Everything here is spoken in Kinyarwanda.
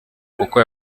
kuko